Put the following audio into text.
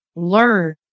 Learn